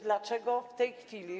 Dlaczego w tej chwili?